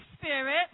Spirit